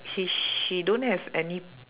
he sh~ he don't have any